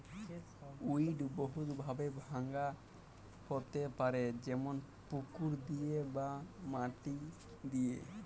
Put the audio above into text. weed বহুত ভাবে ভাঙা হ্যতে পারে যেমল পুকুর দিয়ে বা মাটি দিয়ে